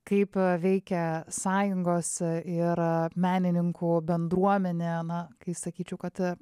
kaip veikia sąjungos ir menininkų bendruomenė na kai sakyčiau kad